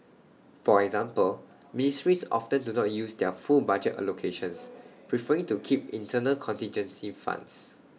for example ministries often do not use their full budget allocations preferring to keep internal contingency funds